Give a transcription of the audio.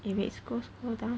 eh wait scroll scroll down